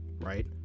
right